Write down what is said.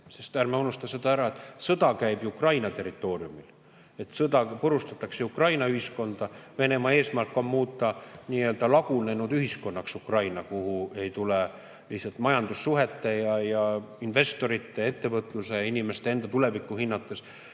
Sest ärme unustame seda ära, et sõda käib ju Ukraina territooriumil. Sõjaga purustatakse Ukraina ühiskonda. Venemaa eesmärk on muuta Ukraina lagunenud ühiskonnaks, et lihtsalt majandussuhete ja investorite, ettevõtluse, inimeste enda tulevikku hinnates